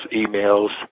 emails